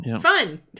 Fun